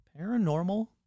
paranormal